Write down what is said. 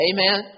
Amen